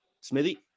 Smithy